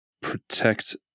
protect